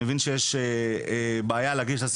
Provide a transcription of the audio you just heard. אני מבין שיש בעיה להגיש אותה,